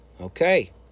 okay